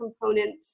component